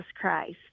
Christ